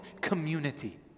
community